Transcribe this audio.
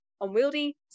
unwieldy